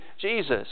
Jesus